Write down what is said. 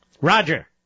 Roger